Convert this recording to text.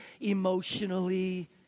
emotionally